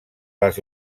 les